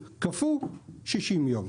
אבל בשר טחון קפוא 60 יום.